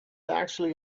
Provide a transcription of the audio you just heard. actually